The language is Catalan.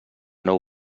nou